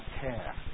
care